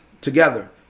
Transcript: together